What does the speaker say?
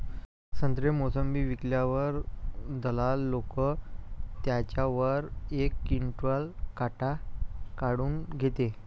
संत्रे, मोसंबी विकल्यावर दलाल लोकं त्याच्यावर एक क्विंटल काट काऊन घेते?